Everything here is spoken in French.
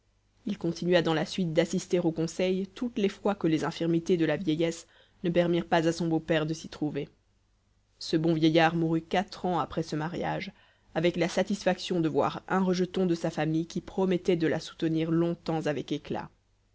il continua dans la suite d'assister au conseil toutes les fois que les infirmités de la vieillesse ne permirent pas à son beau-père de s'y trouver ce bon vieillard mourut quatre ans après ce mariage avec la satisfaction de voir un rejeton de sa famille qui promettait de la soutenir longtemps avec éclat